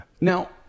Now